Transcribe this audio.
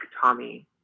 tommy